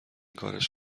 کارش